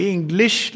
English